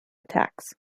attacks